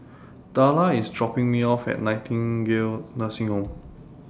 Darla IS dropping Me off At Nightingale Nursing Home